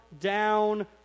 down